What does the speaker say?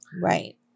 right